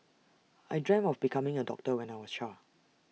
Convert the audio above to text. I dreamt of becoming A doctor when I was A child